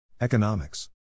Economics